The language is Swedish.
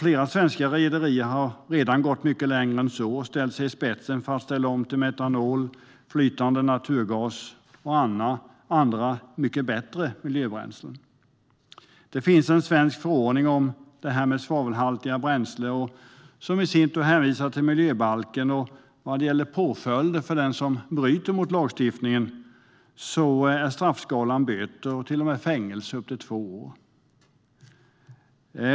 Flera svenska rederier har redan gått mycket längre än så och ställt sig i spetsen för att ställa om till metanol, flytande naturgas och andra mycket bättre miljöbränslen. Det finns en svensk förordning om svavelhaltigt bränsle som i sin tur hänvisar till miljöbalken vad gäller påföljder för den som bryter mot lagstiftningen. Straffskalan är böter eller till och med fängelse i upp till två år.